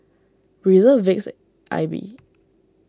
Breezer Vicks Aibi